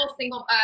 single